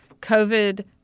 COVID